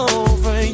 over